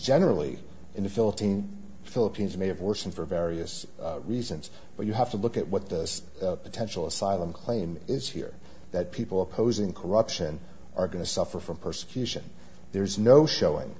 generally in the philippines philippines may have worsened for various reasons but you have to look at what this potential asylum claim is here that people opposing corruption are going to suffer from persecution there is no showing